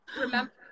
remember